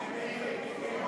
הנה מיקי.